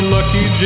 Lucky